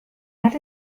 not